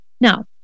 Now